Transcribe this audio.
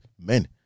Men